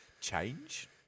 change